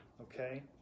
Okay